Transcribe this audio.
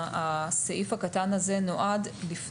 הסעיף הקטן הזה נועד לתת לו התראה